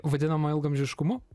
vadinama ilgaamžiškumu